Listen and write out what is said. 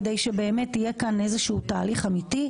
כדי שיהיה כאן תהליך אמיתי,